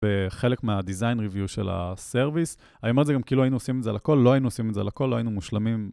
בחלק מה-Design Review של ה-Service, אני אומר את זה גם כאילו היינו עושים את זה לכל, לא היינו עושים את זה לכל, לא היינו מושלמים.